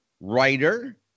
writer